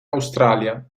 australia